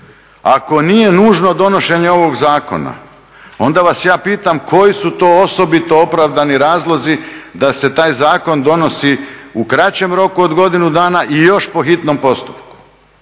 Ako nije nužno donošenje ovog zakona onda vas ja pitam koji su to osobito opravdani razlozi da se taj zakon donosi u kraćem roku od godinu dana i još po hitnom postupku,